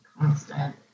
constant